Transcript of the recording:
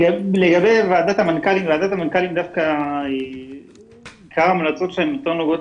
בוועדת המנכ"לים יש כמה המלצות שהן יותר נוגעות